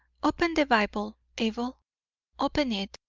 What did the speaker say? open the bible, abel open it,